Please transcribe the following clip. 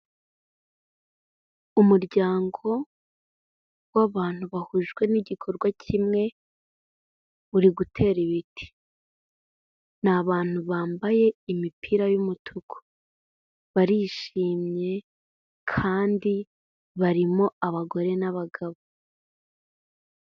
Umuryango w'abantu bahujwe ngikorwa kimwe uri gutera ibiti, ni abantu bambaye imipira y'umutuku barishimye kandi barimo abagore n'abagabo.